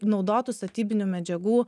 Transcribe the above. naudotų statybinių medžiagų